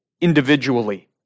individually